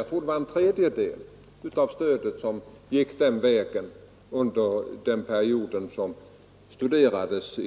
Jag tror att det var en tredjedel av stödet som gick denna väg under den period som studerades